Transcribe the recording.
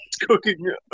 cooking